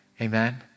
Amen